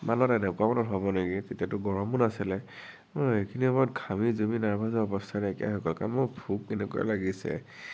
মানত এনেকুৱা মানত হ'ব নেকি তেতিয়াতো গৰমো নাছিলে এইখিনি সময়ত ঘামি জুমি নাৰ্ভাছ হৈ অৱস্থা নাইকিয়া হ'ল কাৰণ মোৰ ভোক এনেকুৱা লাগিছে